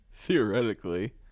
Theoretically